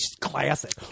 classic